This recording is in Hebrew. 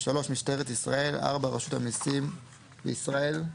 משטרת ישראל, רשות המסים בישראל,